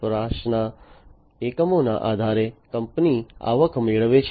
વપરાશના એકમોના આધારે કંપની આવક મેળવે છે